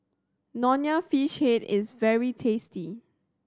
Nonya Fish Head is very tasty